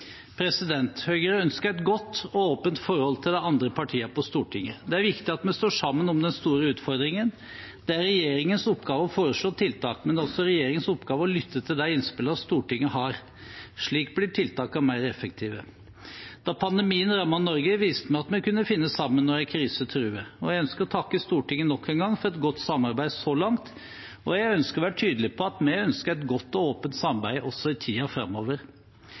Høyre ønsker et godt og åpent forhold til de andre partiene på Stortinget. Det er viktig at vi står sammen om den store utfordringen. Det er regjeringens oppgave å foreslå tiltak, men det er også regjeringens oppgave å lytte til de innspillene Stortinget har. Slik blir tiltakene mer effektive. Da pandemien rammet Norge, viste vi at vi kunne finne sammen når en krise truer. Jeg ønsker å takke Stortinget nok en gang for et godt samarbeid så langt, og jeg ønsker å være tydelig på at vi ønsker et godt og åpent samarbeid også i tiden framover.